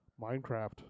Minecraft